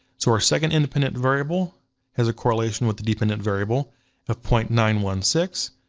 so our second independent variable has a correlation with the dependent variable of point nine one six,